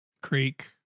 Creek